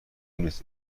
نیست